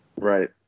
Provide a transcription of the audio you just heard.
Right